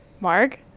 Mark